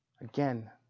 again